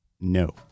No